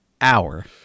hour